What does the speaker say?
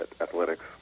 athletics